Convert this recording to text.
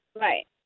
right